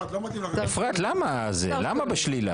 אפרת, למה בשלילה?